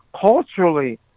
Culturally